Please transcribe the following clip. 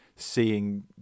seeing